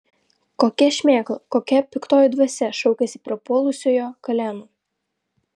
kokia šmėkla kokia piktoji dvasia šaukiasi prapuolusiojo kaleno